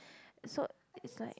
so it's like